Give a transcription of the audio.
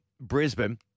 Brisbane